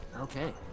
Okay